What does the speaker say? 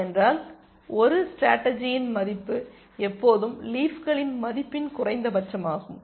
ஏனென்றால் ஒரு ஸ்டேடர்ஜியின் மதிப்பு எப்போதும் லீஃப்களின் மதிப்பின் குறைந்தபட்சமாகும்